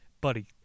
Buddy